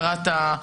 מה זה הדילוג?